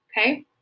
okay